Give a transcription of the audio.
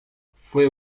fue